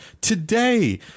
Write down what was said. today